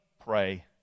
pray